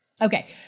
Okay